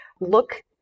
Look